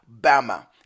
Bama